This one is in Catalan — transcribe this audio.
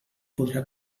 podrà